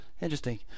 interesting